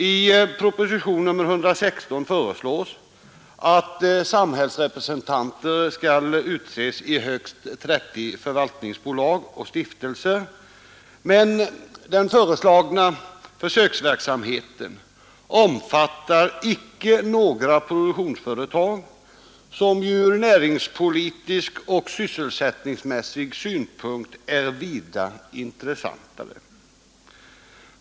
I propositionen 116 föreslås att samhällsrepresentanter skall utses i högst 30 förvaltningsbolag och stiftelser, men den föreslagna försöksverksamheten omfattar icke några produktionsföretag, som ju ur näringspolitisk ooch sysselsättningsmässig synpunkt är vida intressantare.